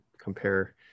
compare